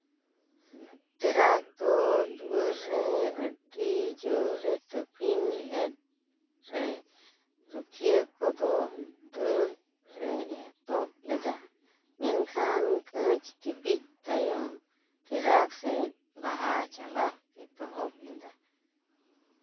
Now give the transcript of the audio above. ᱴᱮᱨᱟᱠ ᱫᱚ ᱫᱩᱣᱟᱹᱨ ᱨᱮ ᱟᱹᱰᱤ ᱡᱳᱨᱮ ᱛᱟᱹᱯᱤᱧ ᱞᱮᱫ ᱨᱮ ᱨᱩᱠᱷᱭᱟᱹ ᱠᱚᱫᱚ ᱫᱟᱹᱲ ᱞᱮ ᱮᱛᱚᱦᱚᱵ ᱞᱮᱫᱟ ᱢᱮᱱᱠᱷᱟᱱ ᱠᱟᱹᱡ ᱴᱤᱯᱤᱡ ᱛᱟᱭᱚᱢ ᱴᱮᱨᱟᱠ ᱥᱮ ᱞᱟᱦᱟ ᱪᱟᱞᱟᱜ ᱮᱦᱚᱵ ᱞᱮᱫᱟ